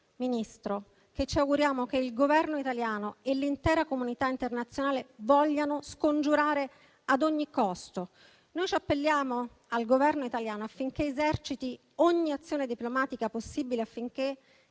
Ministro, che ci auguriamo che il Governo italiano e l'intera comunità internazionale vogliano scongiurare ad ogni costo. Noi ci appelliamo al Governo italiano affinché eserciti ogni azione diplomatica possibile perché